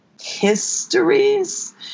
histories